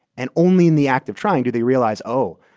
and only in the act of trying do they realize, oh,